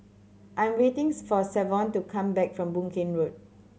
I am waiting's for Savon to come back from Boon Keng Road